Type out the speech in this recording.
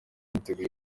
niteguye